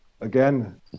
Again